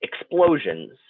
explosions